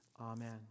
Amen